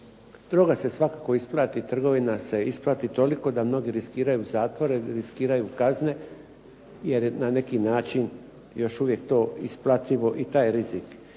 Droga se svakako isplati, trgovina se svakako isplati, da mnogi riskiraju zatvore, riskiraju kazne, jer je na neki način isplativ taj rizik.